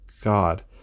God